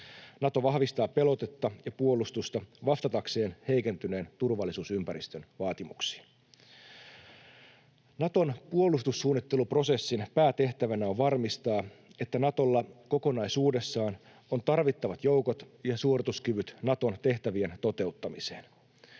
Nato vahvistaa pelotetta ja puolustusta vastatakseen heikentyneen turvallisuusympäristön vaatimuksiin. Naton puolustussuunnitteluprosessin päätehtävänä on varmistaa, että Natolla kokonaisuudessaan on tarvittavat joukot ja suorituskyvyt Naton tehtävien toteuttamiseen.